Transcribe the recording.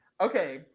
Okay